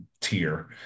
tier